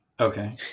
Okay